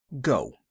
go